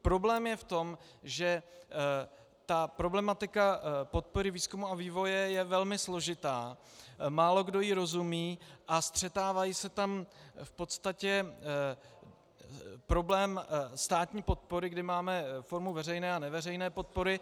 Problém je v tom, že problematika podpory výzkumu a vývoje je velmi složitá, málokdo jí rozumí a střetávají se tam v podstatě problémy státní podpory, kdy máme formu veřejné a neveřejné podpory.